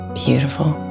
beautiful